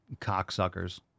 cocksuckers